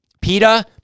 Peter